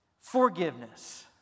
Forgiveness